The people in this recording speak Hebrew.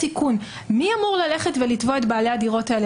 מי אמור ללכת לתבוע את בעלי הדירות האלה